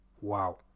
Wow